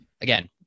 again